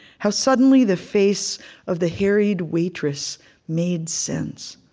how suddenly the face of the harried waitress made sense.